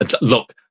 look